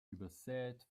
übersät